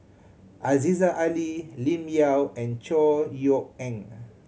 Aziza Ali Lim Yau and Chor Yeok Eng